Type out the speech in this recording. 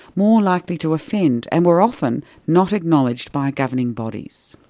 more likely to offend, and were often not acknowledged by governing bodies.